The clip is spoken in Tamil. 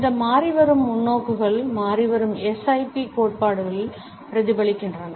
இந்த மாறிவரும் முன்னோக்குகள் மாறிவரும் SIP கோட்பாடுகளில் பிரதிபலிக்கின்றன